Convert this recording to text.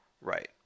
Right